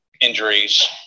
injuries